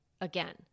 again